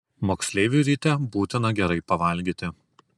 moksleiviui ryte būtina gerai pavalgyti